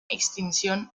extinción